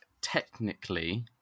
technically